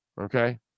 Okay